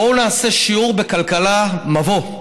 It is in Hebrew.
בואו נעשה שיעור בכלכלה, מבוא.